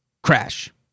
Crash